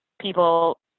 people